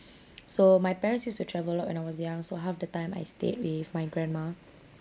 so my parents used to travel a lot when I was young so half the time I stayed with my grandma